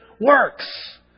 works